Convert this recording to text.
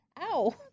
Ow